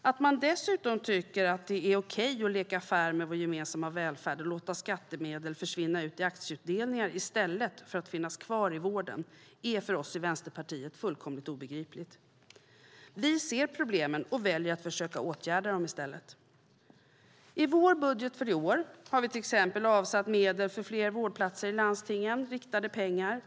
Att man dessutom tycker att det är okej att leka affär med vår gemensamma välfärd och låta skattemedel försvinna ut i aktieutdelningar i stället för att finnas kvar i vården är för oss i Vänsterpartiet fullkomligt obegripligt. Vi ser problemen och väljer att försöka åtgärda dem i stället. I vår budget för i år har vi till exempel avsatt medel för fler vårdplatser i landstingen - riktade pengar.